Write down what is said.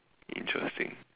interesting